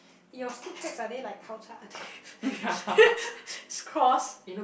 your skid tracks are they like it's cross